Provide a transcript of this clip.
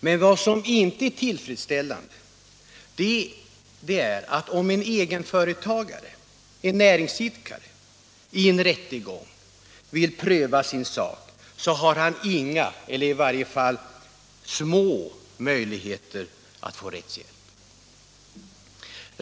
Men vad som inte är tillfredsställande är att om en egenföretagare, en näringsidkare, i en rättegång vill pröva sin sak har han inga eller i varje fall små möjligheter att få rättshjälp.